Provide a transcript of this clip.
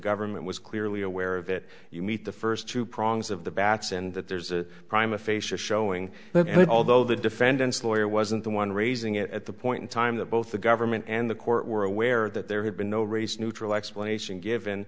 government was clearly aware of it you meet the first two prongs of the bats and that there's a crime a facia showing that although the defendant's lawyer wasn't the one raising it at the point in time that both the government and the court were aware that there had been no race neutral explanation given